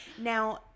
Now